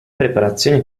preparazione